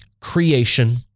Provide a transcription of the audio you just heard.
creation